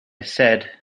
said